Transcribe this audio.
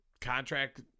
contract